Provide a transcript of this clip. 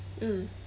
mm